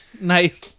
Nice